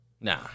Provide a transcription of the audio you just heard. Nah